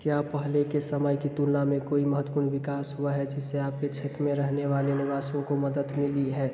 क्या पहले के समय की तुलना में कोई महत्वपूर्ण विकास हुआ है जिससे आप के क्षेत्र में रहने वाले निवासियों को मदद मिली है